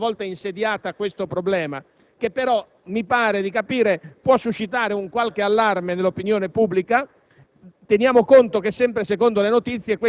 sicuramente affronterà, una volta insediata, questo problema, che però, mi pare di capire, può suscitare qualche allarme nell'opinione pubblica.